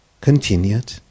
continued